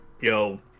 Yo